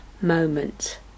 moment